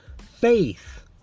Faith